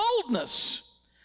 boldness